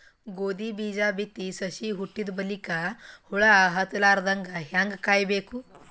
ಗೋಧಿ ಬೀಜ ಬಿತ್ತಿ ಸಸಿ ಹುಟ್ಟಿದ ಬಲಿಕ ಹುಳ ಹತ್ತಲಾರದಂಗ ಹೇಂಗ ಕಾಯಬೇಕು?